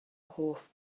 hoff